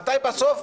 מתי בסוף?